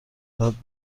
داد